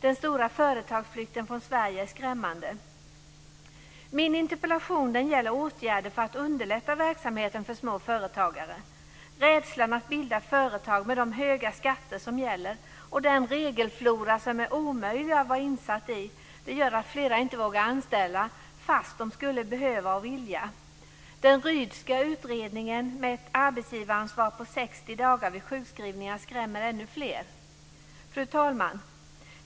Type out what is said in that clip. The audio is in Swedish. Den stora företagsflykten från Sverige är skrämmande. Min interpellation gäller åtgärder för att underlätta verksamheten för småföretagare. Det finns en rädsla för att bilda företag med de höga skatter som gäller och den regelflora som är omöjlig att vara insatt i. Den gör att flera företagare inte vågar anställa fast de skulle behöva och vilja. Den Rydhska utredningen med ett arbetsgivaransvar på 60 dagar vid sjukskrivningar skrämmer ännu fler. Fru talman!